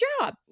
job